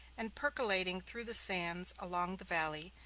and, percolating through the sands along the valley,